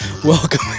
welcome